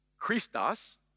Christos